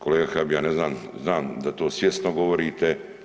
Kolega Habijan, ja ne znam, znam da to svjesno govorite.